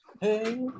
hey